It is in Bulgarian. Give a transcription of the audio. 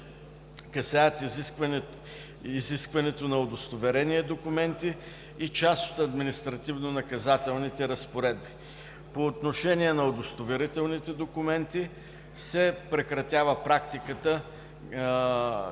касаят изискването на удостоверения, документи и част от административнонаказателните разпоредби. По отношение на удостоверителните документи се прекратява практиката